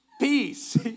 peace